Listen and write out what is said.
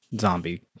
zombie